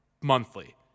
monthly